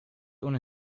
ohne